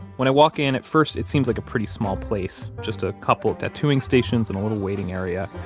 when i walk in, at first it seems like a pretty small place, just a couple of tattooing stations and a little waiting area.